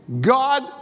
God